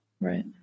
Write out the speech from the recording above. Right